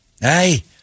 Hey